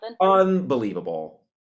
unbelievable